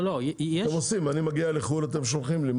אני מגיע לחוץ לארץ, אתם שולחים לי.